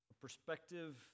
perspective